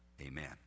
Amen